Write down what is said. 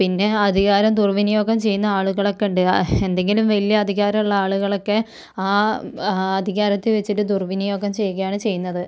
പിന്നെ അധികാരം ദുർവിനിയോഗം ചെയ്യുന്ന ആളുകളൊക്കെ ഉണ്ട് എന്തെങ്കിലും വലിയ അധികാരമുള്ള ആളുകളൊക്കെ ആ അധികാരത്തെ വെച്ചിട്ട് ദുർവിനിയോഗം ചെയ്യുകയാണ് ചെയ്യുന്നത്